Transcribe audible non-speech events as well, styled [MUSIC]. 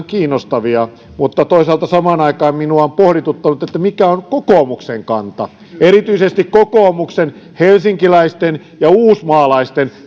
[UNINTELLIGIBLE] kiinnostavia mutta toisaalta samaan aikaan minua on pohdituttanut mikä on kokoomuksen kanta erityisesti kokoomuksen helsinkiläisten ja uusmaalaisten